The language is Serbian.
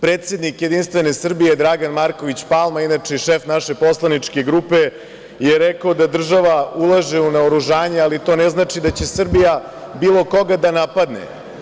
Predsednik JS Dragan Marković Palma inače i šef naše poslaničke grupe je rekao da država ulaže u naoružanje, ali to ne znači da će Srbija bilo koga da napadne.